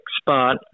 spot